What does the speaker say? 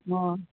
ꯑꯣ